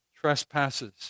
trespasses